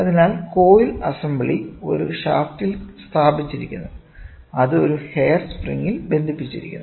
അതിനാൽ coil assembly ഒരു ഷാഫ്റ്റിൽ സ്ഥാപിച്ചിരിക്കുന്നു അത് ഒരു ഹെയർ സ്പ്രിംഗിൽ ബന്ധിപ്പിച്ചിരിക്കുന്നു